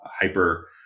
hyper